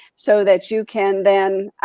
so that you can then